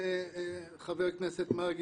חבר הכנסת מרגי,